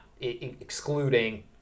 excluding